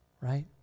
right